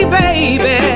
baby